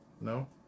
No